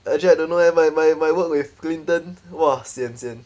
actually I don't know leh my my my work with clinton !wah! sian sian